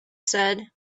said